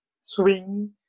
swing